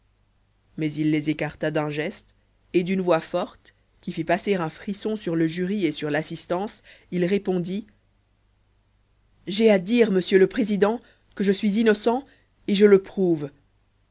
mais il les écarta d'un geste et d'une voix forte qui fit passer un frisson sur le jury et sur l'assistance il répondit j'ai à dire monsieur le président que je suis innocent et je le prouve